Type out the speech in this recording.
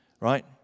right